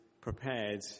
prepared